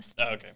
okay